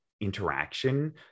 interaction